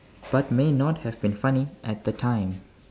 but may not have been funny at the time